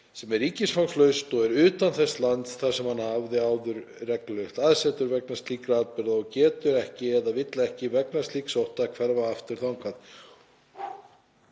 sem er ríkisfangslaus, og er utan þess lands, þar sem hann áður hafði reglulegt aðsetur, vegna slíkra atburða og getur ekki eða vill ekki, vegna slíks ótta, hverfa aftur þangað.“